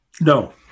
No